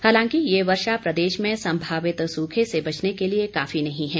हालांकि ये वर्षा प्रदेश में संभावित सूखे से बचने के लिए काफी नहीं है